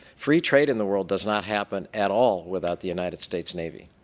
free trade in the world does not happen at all without the united states navy.